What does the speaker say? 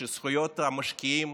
שזכויות המשקיעים